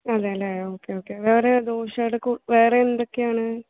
അതെ അല്ലേ okay okay വേറെ ദോശയുടെ കൂ വേറെ എന്തോക്കെയാണ്